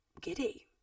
giddy